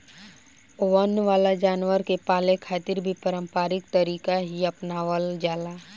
वन वाला जानवर के पाले खातिर भी पारम्परिक तरीका ही आपनावल जाला